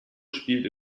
spielt